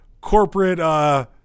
corporate